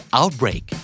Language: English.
outbreak